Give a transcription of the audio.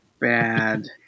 bad